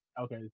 Okay